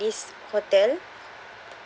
this hotel